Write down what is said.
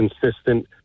consistent